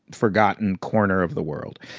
forgotten corner of the world.